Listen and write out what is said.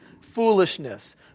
foolishness